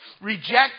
Reject